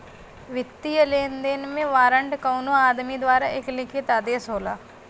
वित्तीय लेनदेन में वारंट कउनो आदमी द्वारा एक लिखित आदेश होला